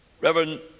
Reverend